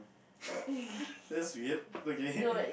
that's weird okay